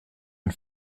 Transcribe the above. une